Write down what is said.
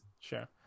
sure